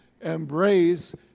embrace